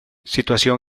situación